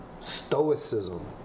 stoicism